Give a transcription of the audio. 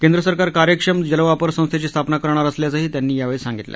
केंद्र सरकार कार्यक्षम जलवापर संस्थेची स्थापना करणार असल्याचं त्यांनी सांगितलं